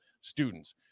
students